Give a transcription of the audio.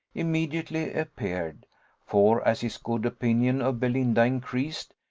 immediately appeared for as his good opinion of belinda increased,